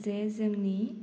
जे जोंनि